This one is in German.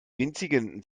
winzigen